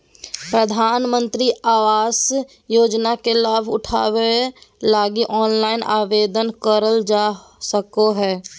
प्रधानमंत्री आवास योजना के लाभ उठावे लगी ऑनलाइन आवेदन करल जा सको हय